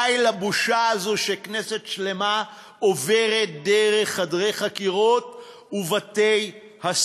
די לבושה הזאת שכנסת שלמה עוברת דרך חדרי חקירות ובתי-סוהר.